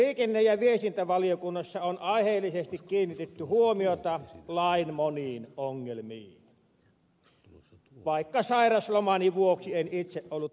liikenne ja viestintävaliokunnassa on aiheellisesti kiinnitetty huomiota lain moniin ongelmiin vaikka sairaslomani vuoksi en itse ollut valiokuntatyöskentelyssä mukana